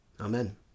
amen